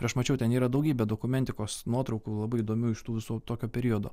ir aš mačiau ten yra daugybė dokumentikos nuotraukų labai įdomių iš tų visų tokio periodo